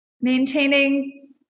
maintaining